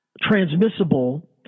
transmissible